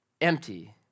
empty